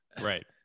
right